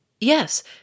Yes